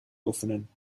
oefenen